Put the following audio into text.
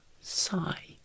sigh